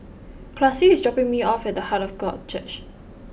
Classie is dropping me off at Heart of God Church